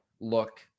look